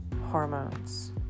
hormones